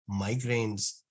migraines